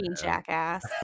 jackass